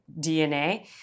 DNA